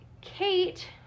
Kate